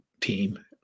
team